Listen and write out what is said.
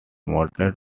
modelled